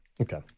Okay